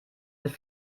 wird